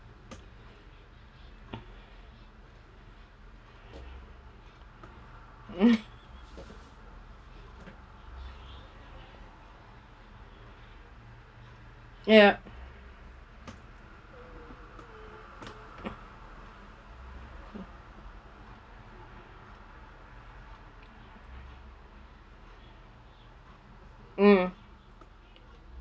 mm yup mm